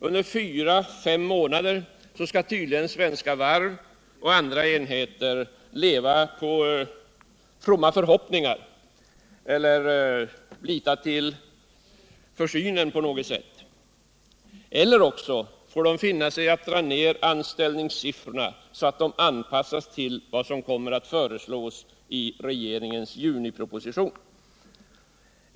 Under fyra fem månader skall tydligen Svenska Varv AB och andra enheter leva på fromma förhoppningar eller lita till försynen på något sätt. Eller också får de finna sig i att dra ner anställningssiffrorna så att de anpassas till vad som kommer att föreslås i regeringens juniproposition.